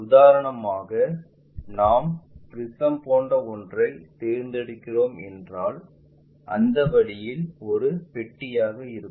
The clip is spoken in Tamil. உதாரணமாக நாம் ப்ரிஸம் போன்ற ஒன்றைத் தேர்ந்தெடுக்கிறோம் என்றால் அந்த வழியில் ஒரு பெட்டியாக இருக்கும்